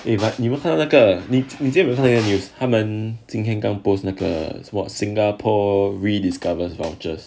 eh but 你有没有看到那个你基本上今天刚 post 那个 singapore rediscovered vouchers